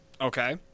Okay